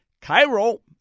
Cairo